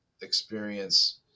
experience